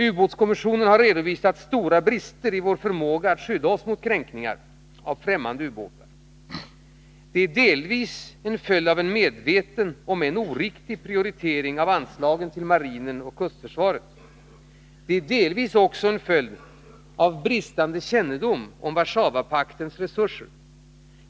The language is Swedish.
Ubåtskommissionen har redovisat stora brister i vår förmåga att skydda oss mot kränkningar av främmande ubåtar. Det är delvis en följd av en medveten, om än oriktig, prioritering av anslagen till marinen och kustförsvaret. Det är delvis också en följd av bristande kännedom om Warszawapaktens resurser.